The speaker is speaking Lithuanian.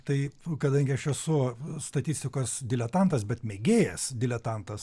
tai kadangi aš esu statistikos diletantas bet mėgėjas diletantas